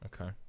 Okay